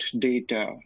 data